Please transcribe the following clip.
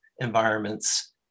environments